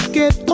get